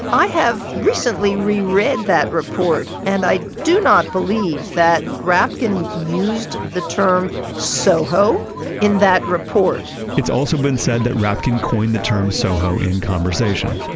i have recently reread that report, and i do not believe that rapkin used the term soho in that report it's also been said that rapkin coined the term soho in conversation,